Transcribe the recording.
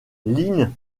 line